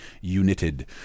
United